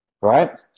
right